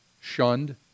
shunned